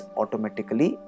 automatically